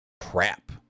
Crap